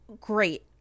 great